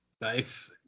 Nice